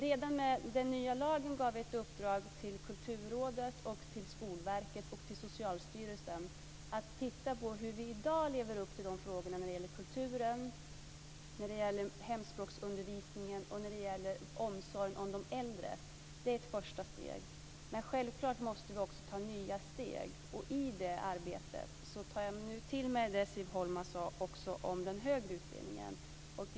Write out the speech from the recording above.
Redan med den nya lagen gav vi ett uppdrag till Kulturrådet, Skolverket och Socialstyrelsen att titta på hur vi i dag lever upp till detta när det gäller kulturen, hemspråksundervisningen och omsorgen om de äldre. Det är ett första steg. Men självklart måste vi också ta nya steg. Och i det arbetet tar jag nu till mig det som Siv Holma sade också om den högre utbildningen.